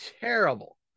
terrible